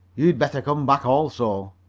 you'd better come back also.